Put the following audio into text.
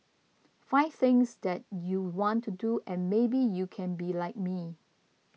find things that you want to do and maybe you can be like me